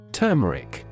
turmeric